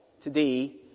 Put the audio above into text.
today